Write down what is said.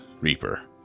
Reaper